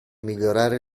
migliorare